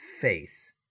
face